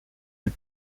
est